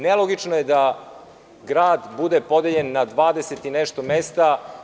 Nelogično je da grad bude podeljen na 20 i nešto mesta.